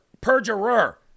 perjurer